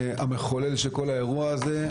המחולל של כל האירוע הזה,